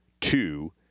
two